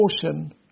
portion